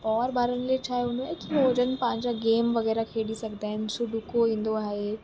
और ॿारनि जो छा हूंदो आहे की हो जण पंहिंजा गेम वगै़राह खेॾी सघंदा आहिनि सुडूको ईंदो आहे